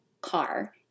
car